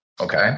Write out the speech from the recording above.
Okay